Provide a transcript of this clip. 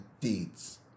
deeds